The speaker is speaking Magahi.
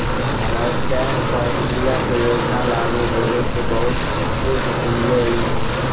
हम स्टैन्ड अप इंडिया के योजना लागू होबे से बहुत खुश हिअई